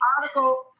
article